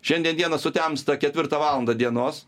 šiandien dieną sutemsta ketvirtą valandą dienos